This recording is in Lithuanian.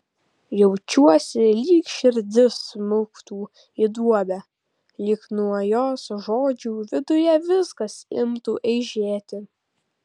jaučiuosi lyg širdis smuktų į duobę lyg nuo jos žodžių viduje viskas imtų eižėti